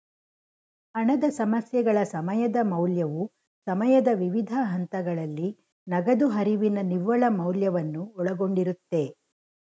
ಹಣದ ಸಮಸ್ಯೆಗಳ ಸಮಯದ ಮೌಲ್ಯವು ಸಮಯದ ವಿವಿಧ ಹಂತಗಳಲ್ಲಿ ನಗದು ಹರಿವಿನ ನಿವ್ವಳ ಮೌಲ್ಯವನ್ನು ಒಳಗೊಂಡಿರುತ್ತೆ